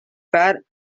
far